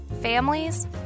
families